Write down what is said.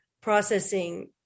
processing